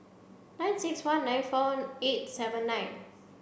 nine six one nine four eight seven nine